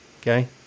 okay